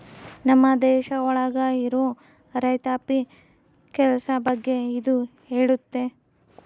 ನಮ್ ದೇಶ ಒಳಗ ಇರೋ ರೈತಾಪಿ ಕೆಲ್ಸ ಬಗ್ಗೆ ಇದು ಹೇಳುತ್ತೆ